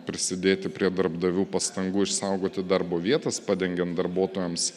prisidėti prie darbdavių pastangų išsaugoti darbo vietas padengiant darbuotojams